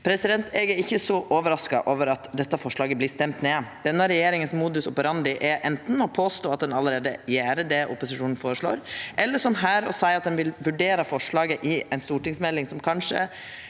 irrelevant. Eg er ikkje så overraska over at dette forslaget vert stemt ned. Denne regjeringas modus operandi er anten å påstå at ein allereie gjer det opposisjonen føreslår, eller – som her – å seia at ein vil vurdera forslaget i ei stortingsmelding som kanskje